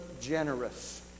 generous